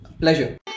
Pleasure